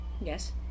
Yes